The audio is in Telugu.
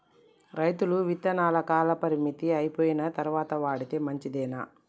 రైతులు విత్తనాల కాలపరిమితి అయిపోయిన తరువాత వాడితే మంచిదేనా?